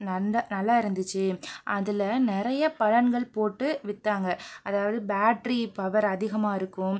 நல்ல நல்லா இருந்துச்சு அதில் நிறைய பலன்கள் போட்டு விற்றாங்க அதாவது பேட்ரி பவர் அதிகமாக இருக்கும்